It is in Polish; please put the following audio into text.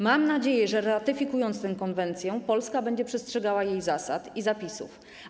Mam nadzieje, że ratyfikując tę konwencję, Polska będzie przestrzegała jej zasad i zapisów.